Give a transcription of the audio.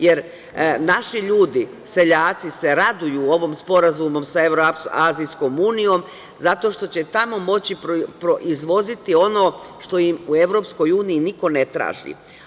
Jer, naši ljudi, seljaci se raduju ovom sporazumu sa Evroazijskom Unijom, zato što će tamo moći izvoziti ono što im u EU niko ne traži.